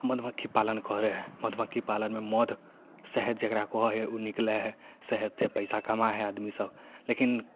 मधुमक्खी पालन करऽ हइ मधुमक्खी पालनमे मध शहद जेकरा कहऽ हइ ओ निकलै हइ शहद से पैसा कमाइ हइ आदमी सब लेकिन